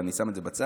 אני שם את זה בצד.